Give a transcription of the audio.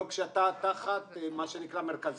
לא כשאתה תחת מרכזיה.